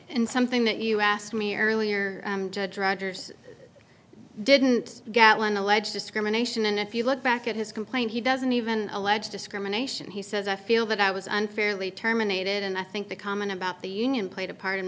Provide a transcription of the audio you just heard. in something that you asked me earlier druggers didn't get one alleged discrimination and if you look back at his complaint he doesn't even alleged discrimination he says i feel that i was unfairly terminated and i think the comment about the union played a part in